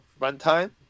runtime